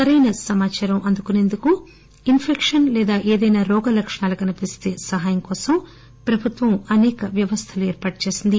సరైన సమాచారం అందుకునేందుకు ఇస్పెక్షన్ లేదా ఏదైనా రోగ లక్షణాలు కనిపిస్తే సహాయం కోసం ప్రభుత్వం అసేక వ్యవస్థలు ఏర్పాటు చేసింది